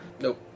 Nope